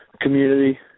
community